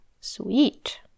sweet